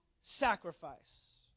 sacrifice